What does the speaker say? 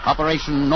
Operation